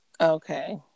okay